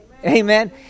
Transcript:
Amen